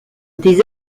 des